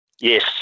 Yes